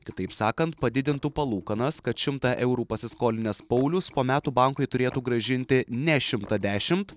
kitaip sakant padidintų palūkanas kad šimtą eurų pasiskolinęs paulius po metų bankui turėtų grąžinti ne šimtą dešimt